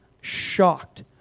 shocked